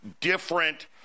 different